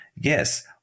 yes